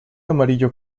amarillo